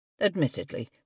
Admittedly